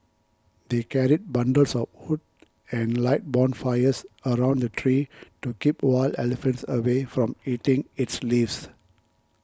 they carried bundles of wood and light bonfires around the tree to keep wild elephants away from eating its leaves